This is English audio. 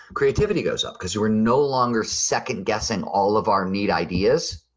creativity goes up because you're no longer second guessing all of our neat ideas.